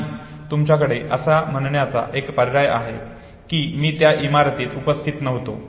आणि तुमच्याकडे असे म्हणण्याचा एक पर्याय आहे की मी त्या इमारतीत उपस्थित नव्हतो